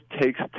takes